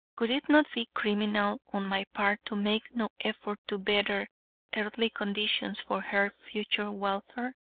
would it not be criminal on my part to make no effort to better earthly conditions for her future welfare?